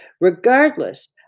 regardless